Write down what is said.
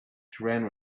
taran